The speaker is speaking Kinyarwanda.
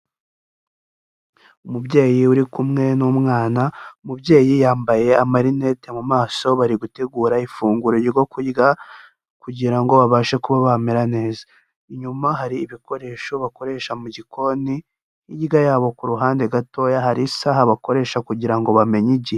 Umubyeyi uri kumwe n'umwana, umubyeyi yambaye amarinete mu maso bari gutegura ifunguro ryo kurya kugira ngo babashe kuba bamera neza. Inyuma hari ibikoresho bakoresha mu gikoni, hirya yabo ku ruhande gatoya hari isaha bakoresha kugira ngo bamenye igihe.